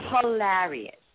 hilarious